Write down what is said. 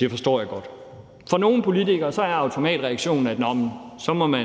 Det forstår jeg godt. For nogle politikere er automatreaktionen, at man så må